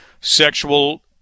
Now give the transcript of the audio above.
sexual